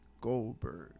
Goldberg